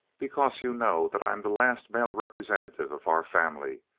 because you know that i'm the last male representative of our family.